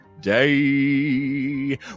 day